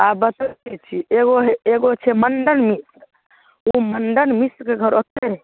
आओर बतबै छिए एगो एगो छै मण्डन मिश्र ओ मण्डन मिश्रके घर ओत्तहि